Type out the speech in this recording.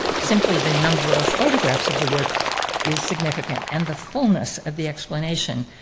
simply the number of photographs of the work is significant, and the fullness of the explanation.